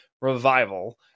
revival